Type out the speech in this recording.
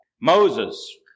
Moses